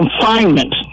confinement